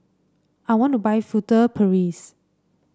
I want to buy Furtere Paris